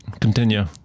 Continue